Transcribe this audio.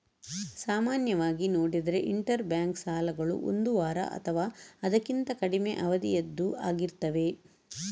ಸಾಮಾನ್ಯವಾಗಿ ನೋಡಿದ್ರೆ inter bank ಸಾಲಗಳು ಒಂದು ವಾರ ಅಥವಾ ಅದಕ್ಕಿಂತ ಕಡಿಮೆ ಅವಧಿಯದ್ದು ಆಗಿರ್ತವೆ